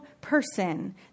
person